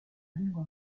lingua